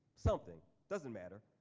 something, doesn't matter.